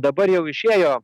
dabar jau išėjo